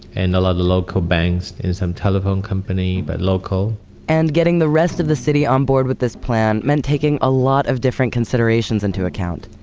and a lot of local banks, and some telephone company, but local and getting the rest of the city onboard with this plan meant taking a lot of different considerations into account,